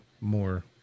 more